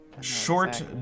short